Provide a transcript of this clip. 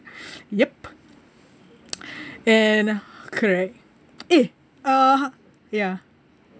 yup and correct eh uh ya